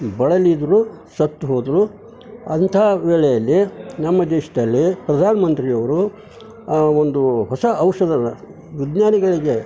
ಬಳಲಿದರು ಸತ್ತು ಹೋದರು ಅಂಥ ವೇಳೆಯಲ್ಲಿ ನಮ್ಮ ದೇಶದಲ್ಲಿ ಪ್ರಧಾನ ಮಂತ್ರಿಯವರು ಒಂದು ಹೊಸ ಔಷಧವನ್ನು ವಿಜ್ಞಾನಿಗಳಿಗೆ